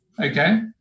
okay